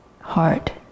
heart